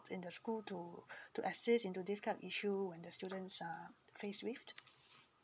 in the school to to assist into this kind of issue when the students are faced with